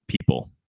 people